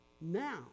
now